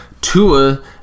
Tua